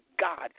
God